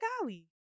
golly